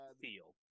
feel